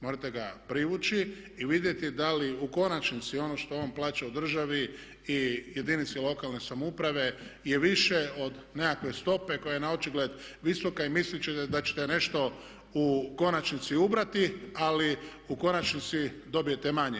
Morate ga privući i vidjeti da li u konačnici ono što on plaća u državi i jedinice lokalne samouprave je više od nekakve stope koja je na očigled visoka i misliti ćete da ćete nešto u konačnici ubrati ali u konačnici dobijete manje.